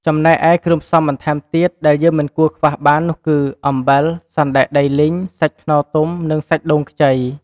ចំណែកឯ គ្រឿងផ្សំំបន្ថែមទៀតដែលយើងមិនគួរខ្វះបាននោះគឺ អំបិល សណ្ដែកដីលីង សាច់ខ្នុរទុំ និងសាច់ដូងខ្ចី។